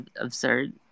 absurd